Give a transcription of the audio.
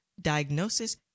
diagnosis